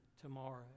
tomorrow